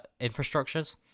infrastructures